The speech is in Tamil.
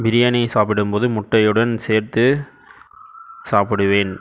பிரியாணியை சாப்பிடும்போது முட்டையுடன் சேர்த்து சாப்பிடுவேன்